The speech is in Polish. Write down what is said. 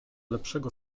lepszego